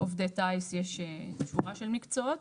עובדי טיס יש שורה של מקצועות.